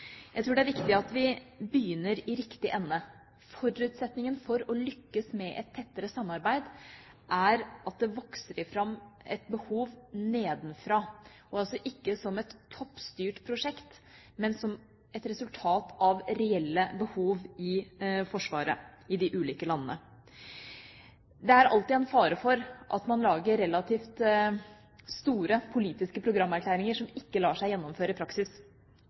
Jeg tror det er viktig at vi begynner i riktig ende. Forutsetningen for å lykkes med et tettere samarbeid er at det vokser fram et behov nedenfra – altså ikke som et toppstyrt prosjekt, men som et resultat av reelle behov i de ulike lands forsvar. Det er alltid en fare for at man lager relativt store politiske programerklæringer som ikke lar seg gjennomføre i praksis.